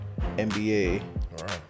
NBA